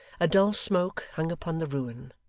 a dull smoke hung upon the ruin,